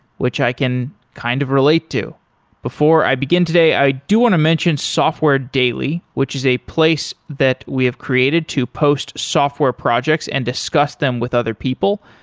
which i can kind of relate to before i begin today, i do want to mention software daily, which is a place that we have created to post software projects and discuss them with other people,